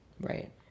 Right